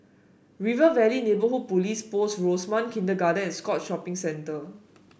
River Valley Neighbourhood Police Post Rosemount Kindergarten and Scotts Shopping Centre